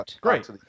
great